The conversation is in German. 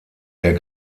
der